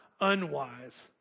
unwise